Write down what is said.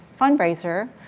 fundraiser